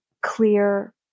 clear